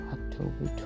October